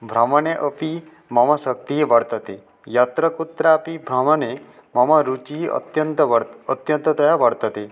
भ्रमणे अपि मम शक्तिः वर्तते यत्र कुत्रापि भ्रमणे मम रुचिः अत्यन्त वर् अत्यन्ततया वर्तते